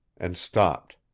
and stopped.